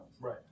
Right